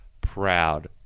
proud